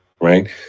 right